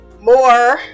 more